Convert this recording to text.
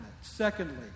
Secondly